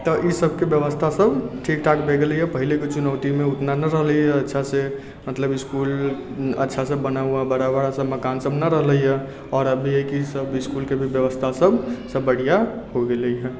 तऽ ईसबके बेबस्थासब ठीकठाक भऽ गेलैए पहिलेके चुनौतीमे ओतना नहि रहलैए अच्छासँ मतलब इसकुल अच्छासँ बना हुआ बड़ा बड़ा सब मकानसब नहि रहलैए आओर अभी हइ कि सब इसकुलके भी बेबस्थासब बढ़िआँ हो गेलैए